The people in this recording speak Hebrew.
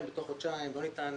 בתוך חודשיים לא ניתן